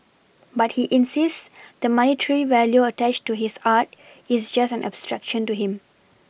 but he insists the monetary value attached to his art is just an abstraction to him